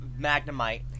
Magnemite